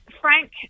Frank